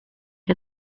her